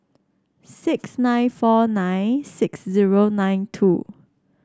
six nine four nine six zero nine two